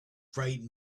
bright